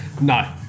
No